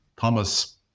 Thomas